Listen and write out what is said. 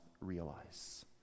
realize